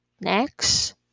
next